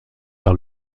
par